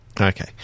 Okay